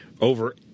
over